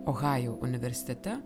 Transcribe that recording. ohajo universitete